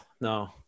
no